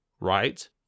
right